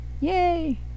Yay